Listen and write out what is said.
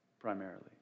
primarily